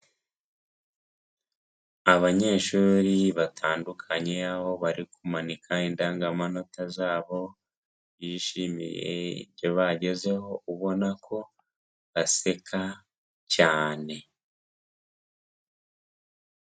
Abanyeshuri batandukanye aho bari kumanika indangamanota zabo bishimiye ibyo bagezeho ubona ko aseka cyane.